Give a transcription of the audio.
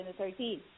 2013